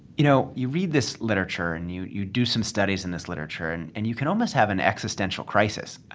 you know, you read this literature and you you do some studies in this literature and and you can almost have an existential crisis.